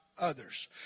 others